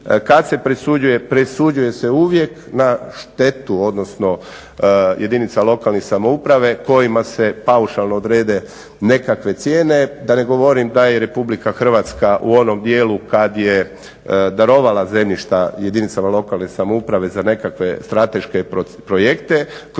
kad se presuđuje, presuđuje se uvijek na štetu odnosno jedinica lokalnih samouprava kojima se paušalno odrede nekakve cijene. Da ne govorim da je RH u onom dijelu kad je darovala zemljišta jedinicama lokalne samouprave za nekakve strateške projekte kroz